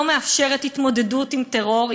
היא לא מאפשרת התמודדות עם טרור,